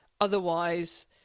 Otherwise